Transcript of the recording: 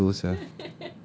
I think so sia